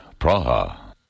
Praha